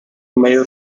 mail